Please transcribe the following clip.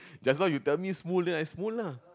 just now you tell me then I lah